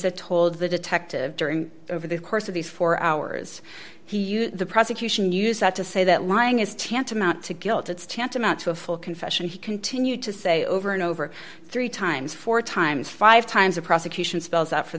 mesa told the detective during over the course of these four hours he used the prosecution use that to say that lying is tantamount to guilt it's tantamount to a full confession he continued to say over and over three times four times five times the prosecution spells out for